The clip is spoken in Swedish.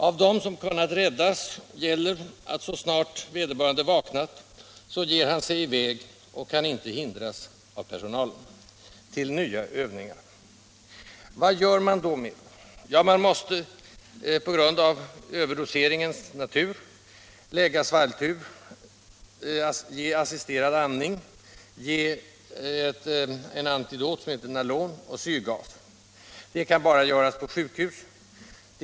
Om dem som kunnat räddas gäller att så snart vederbörande vaknat ger han sig i väg — och kan inte hindras av personalen — till nya övningar! Vad gör man då? Ja, man måste på grund av överdoseringens natur intubera, ge assisterad andning, ge en antidot —- som heter Nalone — och syrgas. Det kan bara göras på sjukhus. Det hänger på sekunderna.